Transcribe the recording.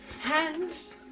hands